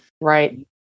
right